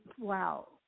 Wow